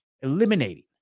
eliminating